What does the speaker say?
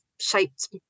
shaped